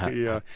yeah, yeah.